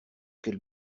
quel